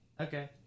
Okay